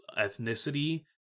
ethnicity